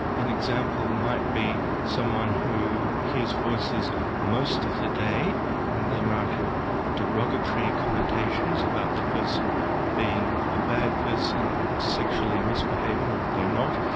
an example might be someone who hears voices most of the day and they might have derogatory connotations about the person being a bad person and sexually misbehaving when they're not.